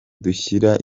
dushyira